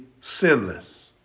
sinless